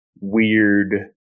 weird